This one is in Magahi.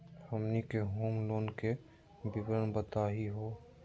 हमनी के होम लोन के विवरण बताही हो?